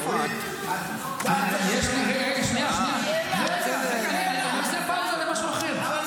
ופה אני אומר לציבור --- אבל אתה חולק עליי שיש השתוללות מחירים,